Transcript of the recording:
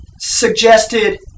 suggested